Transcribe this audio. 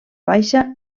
baixa